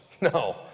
No